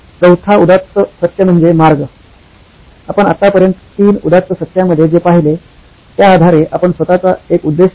चौथा उदात्त सत्य म्हणजे "मार्ग" आपण आतापर्यंत तीन उदात्त सत्यामध्ये जे पहिले त्या आधारे आपण स्वत चा एक उद्देश ठरवा